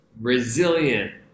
resilient